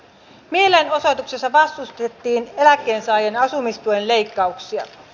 mielenosoituksessa vastustettiin eläkkeensaajien asumistuen leikkauksia